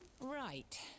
Right